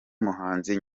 muhanzi